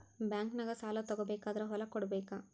ಬ್ಯಾಂಕ್ನಾಗ ಸಾಲ ತಗೋ ಬೇಕಾದ್ರ್ ಹೊಲ ಕೊಡಬೇಕಾ?